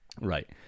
right